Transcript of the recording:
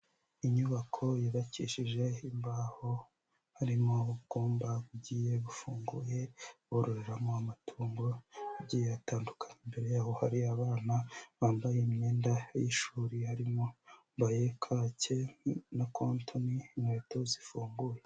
Inyubako yubakishije imbaho harimo ubwumba bugiye bufunguye bororeramo amatungo, agiye atandukana, imbere y'aho hari abana bambaye imyenda y'ishuri, harimo abambaye kake na kontoni, inkweto zifunguye.